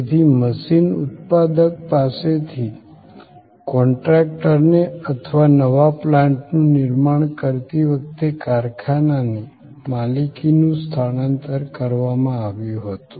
તેથી મશીન ઉત્પાદક પાસેથી કોન્ટ્રાક્ટરને અથવા નવા પ્લાન્ટનું નિર્માણ કરતી વખતે કારખાનાને માલિકીનું સ્થાનાંતર કરવામાં આવ્યું હતું